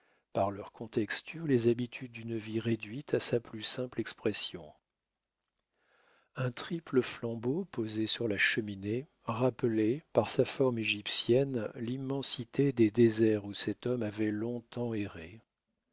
par leur contexture les habitudes d'une vie réduite à sa plus simple expression un triple flambeau posé sur la cheminée rappelait par sa forme égyptienne l'immensité des déserts où cet homme avait long-temps erré